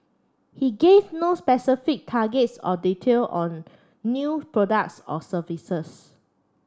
he gave no specific targets or details on new products or services